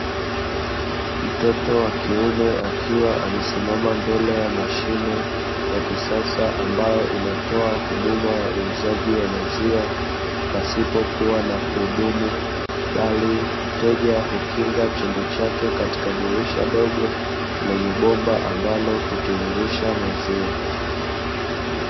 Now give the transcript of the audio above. Mtoto wa kiume akiwa amesimama mbele ya mashine ya kisasa, ambayo inatoa huduma ya uuzaji wa maziwa pasipo kuwa na mhudumu, bali mteja hukinga chombo chake katika dirisha dogo lenye bomba ambalo hutiririsha maziwa.